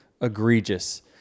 egregious